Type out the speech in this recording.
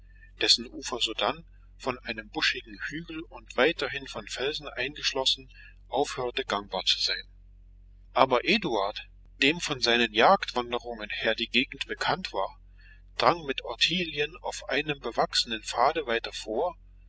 dessen ufer sodann von einem buschigen hügel und weiterhin von felsen eingeschlossen aufhörte gangbar zu sein aber eduard dem von seinen jagdwanderungen her die gegend bekannt war drang mit ottilien auf einem bewachsenen pfade weiter vor